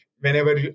whenever